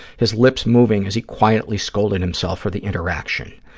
his lips moving as he quietly scolded himself for the interaction.